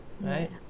Right